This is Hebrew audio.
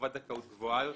חובת זכאות גבוהה יותר.